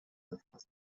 befasst